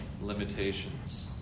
limitations